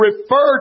refer